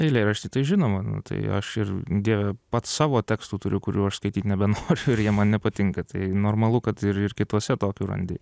eilėraštį tai žinoma nu tai aš ir dieve pats savo tekstų turiu kurių aš skaityt nebenoriu ir jie man nepatinka tai normalu kad ir ir kituose tokių randi